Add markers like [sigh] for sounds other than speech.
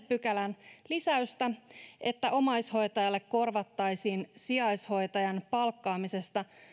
[unintelligible] pykälään lisäystä että omaishoitajalle korvattaisiin sijaishoitajan palkkaamisesta